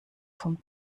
vom